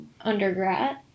undergrad